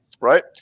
right